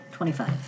Twenty-five